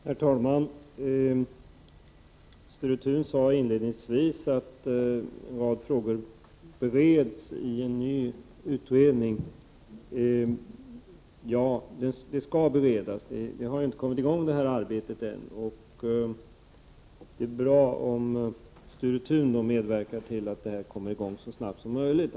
Herr talman! Sture Thun sade inledningsvis att en rad frågor bereds i en ny utredning. Ja, de skall beredas, men detta arbete har ännu inte kommit i gång. Det är bra om Sture Thun medverkar till att detta arbete kommer i gång så snart som möjligt.